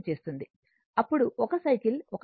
అప్పుడు 1 cycle 150 second 0